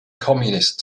communist